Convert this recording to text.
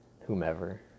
whomever